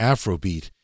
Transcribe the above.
Afrobeat